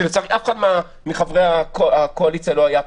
כשלצערי אף אחד מחברי הקואליציה לא היה פה.